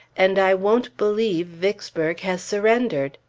and i won't believe vicksburg has surrendered!